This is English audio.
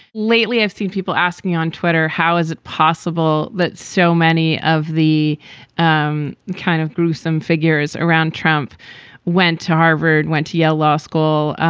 lately, i've seen people asking on twitter, how is it possible that so many of the um kind of gruesome figures around trump went to harvard, went to yale law school?